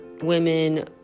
women